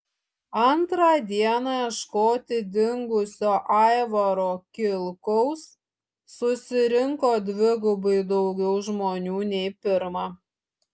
antrą dieną ieškoti dingusio aivaro kilkaus susirinko dvigubai daugiau žmonių nei pirmą